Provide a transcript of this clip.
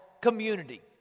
community